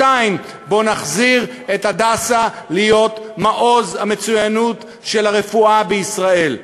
בוא נחזיר את "הדסה" להיות מעוז המצוינות של הרפואה בישראל.